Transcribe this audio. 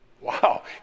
Wow